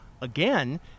again